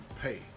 pay